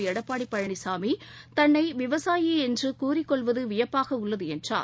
எடப்பாடி பழனிசாமி தன்னை விவசாயி என்று கூறிக்கொள்வது வியப்பாக உள்ளது என்றார்